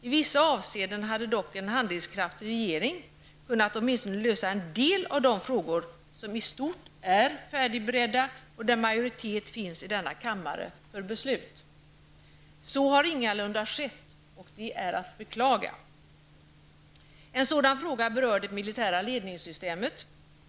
I vissa avseenden hade dock en handlingskraftig regering kunnat lösa åtminstone en del av de frågor som i stort är färdigberedda och där majoritet finns i denna kammare för beslut. Så har ingalunda skett, och det är att beklaga. En sådan fråga berör det militära ledningssystemet.